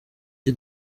the